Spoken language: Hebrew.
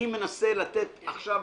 אני מנסה לתת עכשיו,